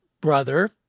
brother